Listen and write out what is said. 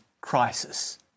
crisis